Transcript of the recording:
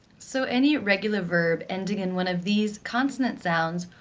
so any regular verb ending in one of these consonant sounds,